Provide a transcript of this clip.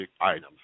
items